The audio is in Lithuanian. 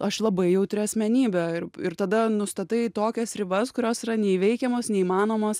aš labai jautri asmenybė ir ir tada nustatai tokias ribas kurios yra neįveikiamos neįmanomos